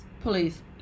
please